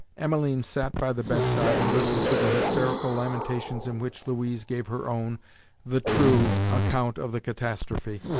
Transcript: emmeline sat by the bedside and listened to the hysterical lamentation in which louise gave her own the true account of the catastrophe.